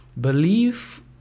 believe